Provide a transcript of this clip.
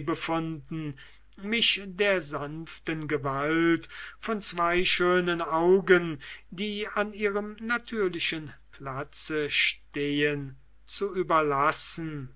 befunden mich der sanften gewalt von zwei schönen augen die an ihrem natürlichen platze stehen zu überlassen